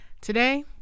today